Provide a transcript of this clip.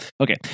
Okay